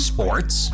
Sports